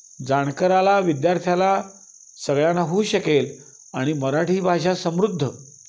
जाणकाराला विद्यार्थ्याला सगळ्यांना होऊ शकेल आणि मराठी भाषा समृद्ध